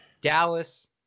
Dallas